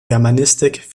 germanistik